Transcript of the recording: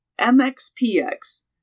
mxpx